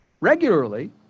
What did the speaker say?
regularly